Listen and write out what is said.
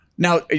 Now